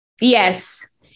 Yes